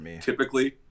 typically